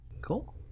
Cool